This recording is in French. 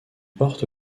porte